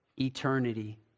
eternity